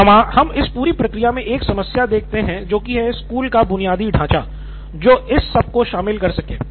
सिद्धार्थ मटूरी तो हम इस पूरी प्रक्रिया में एक समस्या देखते हैं जोकि है स्कूल का बुनियादी ढाँचा जो इस सब को शामिल कर सके